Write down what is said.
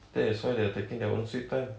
that is why they're taking their own sweet time